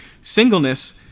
Singleness